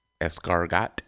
Escargot